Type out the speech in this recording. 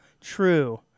true